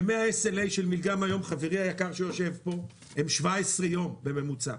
ימי ה-SLA של מילגם חברי היקר שיושב פה הם 17 יום בממוצע,